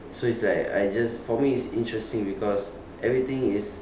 so it's like I just for me it's interesting because everything is